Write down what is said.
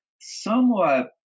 somewhat